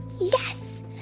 Yes